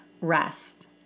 rest